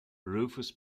rufous